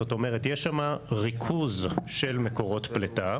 זאת אומרת, יש שם ריכוז של מקורות פלטה.